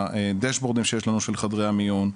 הדשבורדים שיש לנו של חדרי המיון,